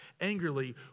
angrily